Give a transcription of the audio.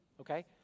Okay